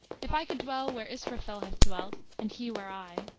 if i could dwell where israfel hath dwelt, and he where i,